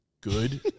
Good